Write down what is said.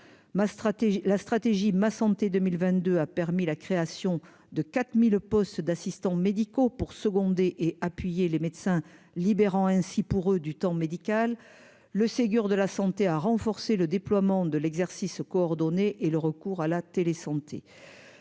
la stratégie ma santé 2022 a permis la création de 4000 postes d'assistants médicaux pour seconder et appuyer les médecins, libérant ainsi pour eux du temps médical le Ségur de la santé, a renforcé le déploiement de l'exercice coordonné et le recours à la télé, santé,